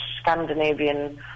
Scandinavian